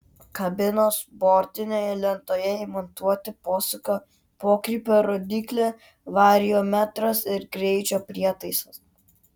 kabinos bortinėje lentoje įmontuoti posūkio pokrypio rodyklė variometras ir greičio prietaisas